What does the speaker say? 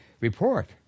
report